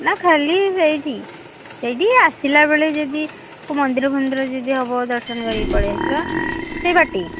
ନା ଖାଲି ସେଇଠି ସେଇଠି ଆସିଲାବେଳେ ଯଦି ମନ୍ଦିରଫନ୍ଦିର ଯଦି ହେବ ଦର୍ଶନ କରି ପଳେଇ ଆସିବା ସେଇବାଟେ